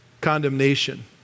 condemnation